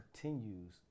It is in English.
continues